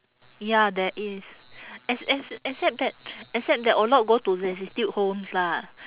ya there is ex~ ex~ except that except that a lot go to destitute homes lah